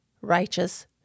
righteous